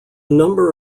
number